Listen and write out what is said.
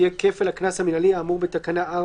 יהיה כפל הקנס המינהלי האמור בתקנה 4,